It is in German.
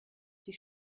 die